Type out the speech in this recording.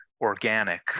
organic